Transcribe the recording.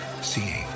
seeing